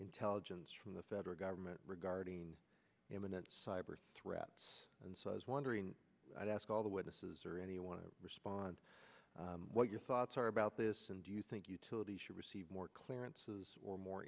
intelligence from the federal government regarding imminent cyber threats and so i was wondering i'd ask all the witnesses are any want to respond what your thoughts are about this and do you think utility should receive more clearances or more